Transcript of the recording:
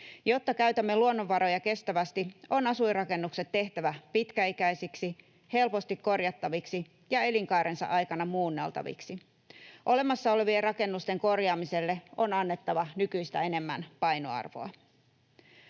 Jotta käytämme luonnonvaroja kestävästi, on asuinrakennukset tehtävä pitkäikäisiksi, helposti korjattaviksi ja elinkaarensa aikana muunneltaviksi. Olemassa olevien rakennusten korjaamiselle on annettava nykyistä enemmän painoarvoa.